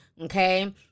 okay